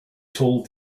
told